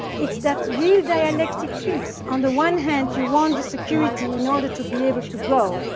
it's that real dialectic piece. on the one hand you want the security in order to be able to go.